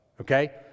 okay